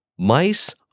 Mice